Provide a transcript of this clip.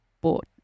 bought